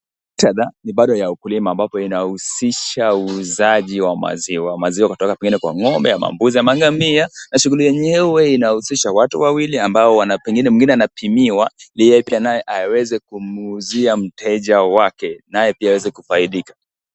Muktadha ni bado wa ukulima ambayo inahusisha uuzaji wa maziwa. Maziwa kutoka pengine kwa ng'ombe ama mbuzi ama ngamia na shughuli yenyewe inahusisha watu wawili ambao pengine mwengine anapimiwa naye aweze kumwuuzia mteja wake naye pia aweze kufaidika.